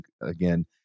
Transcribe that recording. again